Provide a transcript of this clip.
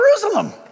Jerusalem